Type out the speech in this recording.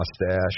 mustache